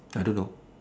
I don't know